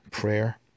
Prayer